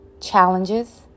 challenges